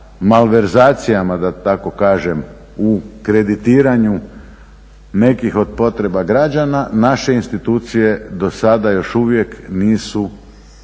malverzacijama da tako kažem u kreditiranju nekih od potreba građana, naše institucije do sada još uvijek nisu